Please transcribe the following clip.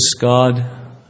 God